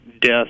death